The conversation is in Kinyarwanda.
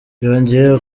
yongeyeho